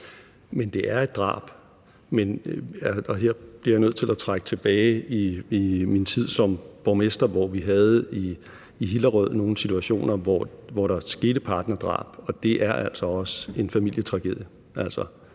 Men det er et drab. Her bliver jeg nødt til at gå tilbage til min tid som borgmester i Hillerød, hvor vi havde nogle situationer, hvor der skete partnerdrab, og det er altså også en familietragedie.